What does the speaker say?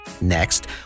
Next